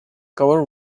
cover